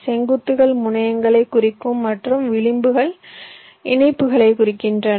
செங்குத்துகள் முனையங்களைக் குறிக்கும் மற்றும் விளிம்புகள் இணைப்புகளைக் குறிக்கின்றன